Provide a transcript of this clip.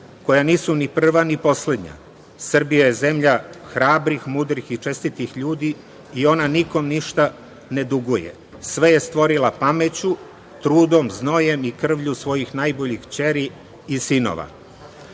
koja nisu ni prva ni poslednja. Srbija je zemlja hrabrih, mudrih i čestitih ljudi i ona nikome ništa ne duguje. Sve je stvorila pameću, trudom, znojem i krvlju svojih najboljih kćeri i